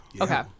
Okay